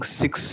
six